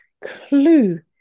clue